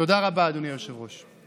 תודה רבה, אדוני היושב-ראש.